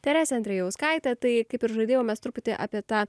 teresė andrijauskaitė tai kaip ir žadėjau mes truputį apie tą